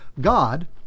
God